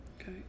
Okay